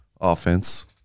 Offense